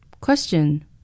Question